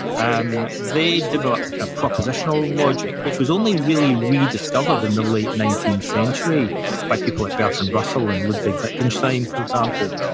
um they developed a kind of propositional logic, which was only really rediscovered in the late nineteenth century by people like bertram russell and ludwig wittgenstein, for example.